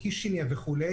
מקישינב וכו'.